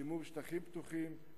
שימור שטחים פתוחים,